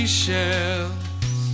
shells